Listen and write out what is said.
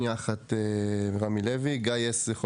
גיא הס,